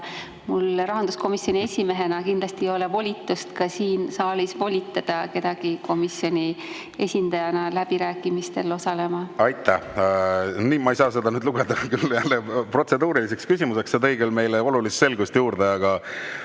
Minul rahanduskomisjoni esimehena kindlasti ei ole volitust ka siin saalis volitada kedagi komisjoni esindajana läbirääkimistel osalema. Aitäh! Ma ei saa küll seda jälle protseduuriliseks küsimuseks lugeda, aga see tõi meile olulist selgust juurde. Andrei